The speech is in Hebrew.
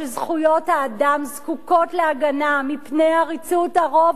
שזכויות האדם זקוקות להגנה מפני עריצות הרוב,